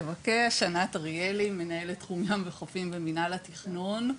אני מנהלת תחום חופים ומנהל התכנון.